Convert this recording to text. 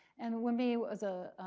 and wunmi is a